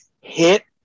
hit